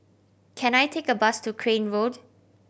can I take a bus to Crane Road